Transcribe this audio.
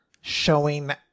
showing